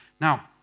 Now